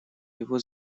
его